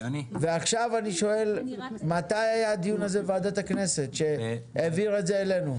עכשיו אני שואל מתי היה הדיון הזה בוועדת הכנסת שהעביר את זה אלינו?